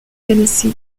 tennessee